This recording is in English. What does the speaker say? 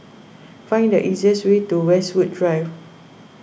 find the easiest way to Westwood Drive